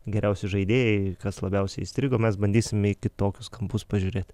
geriausi žaidėjai kas labiausiai įstrigo mes bandysime į kitokius kampus pažiūrėt